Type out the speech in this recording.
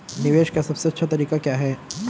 निवेश का सबसे अच्छा तरीका क्या है?